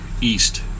east